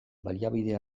baliabide